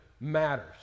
matters